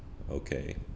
okay